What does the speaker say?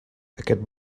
aquest